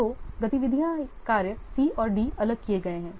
तो गतिविधियाँ कार्य C और D अलग किए गए हैं